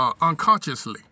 unconsciously